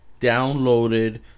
downloaded